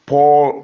Paul